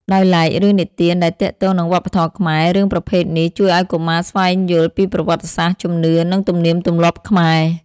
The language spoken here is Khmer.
ដោយឡែករឿងនិទានដែលទាក់ទងនឹងវប្បធម៌ខ្មែរ រឿងប្រភេទនេះ ជួយឱ្យកុមារបានស្វែងយល់ពីប្រវត្តិសាស្ត្រ ជំនឿ និងទំនៀមទម្លាប់ខ្មែរ។